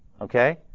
Okay